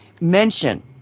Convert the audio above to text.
Mention